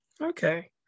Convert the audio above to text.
Okay